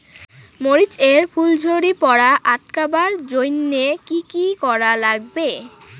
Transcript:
মরিচ এর ফুল ঝড়ি পড়া আটকাবার জইন্যে কি কি করা লাগবে?